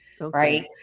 right